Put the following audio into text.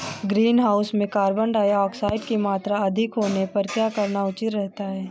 Greenhouse में carbon dioxide की मात्रा अधिक होने पर क्या करना उचित रहता है?